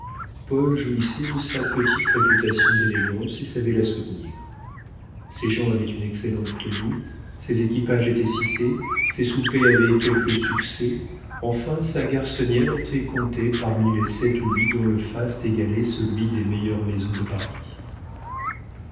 paul jouissait de sa petite réputation d'élégance et savait la soutenir ses gens avaient une excellente tenue ses équipages étaient cités ses soupers avaient quelque succès enfin sa garçonnière était comptée parmi les sept ou huit dont le faste égalait celui des meilleures maisons de paris